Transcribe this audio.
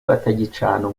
batagicana